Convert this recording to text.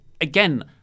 again